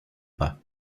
pas